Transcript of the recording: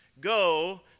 go